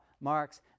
Marx